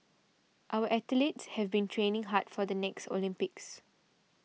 our athletes have been training hard for the next Olympics